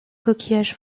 coquillage